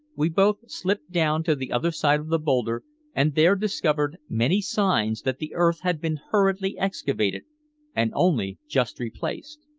we both slipped down to the other side of the boulder and there discovered many signs that the earth had been hurriedly excavated and only just replaced.